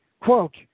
Quote